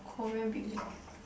Korean b_b_q